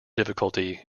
difficulty